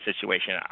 situation